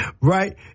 Right